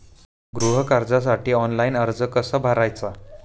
गृह कर्जासाठी ऑनलाइन अर्ज कसा भरायचा?